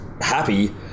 happy